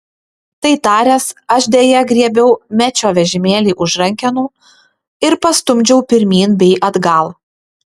tai taręs aš deja griebiau mečio vežimėlį už rankenų ir pastumdžiau pirmyn bei atgal